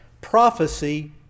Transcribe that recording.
prophecy